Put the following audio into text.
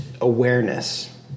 awareness